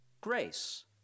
grace